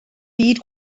byd